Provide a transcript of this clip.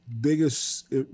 biggest